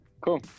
Cool